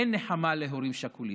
אין נחמה להורים שכולים,